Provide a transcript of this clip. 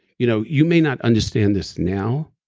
you know you may not understand this now,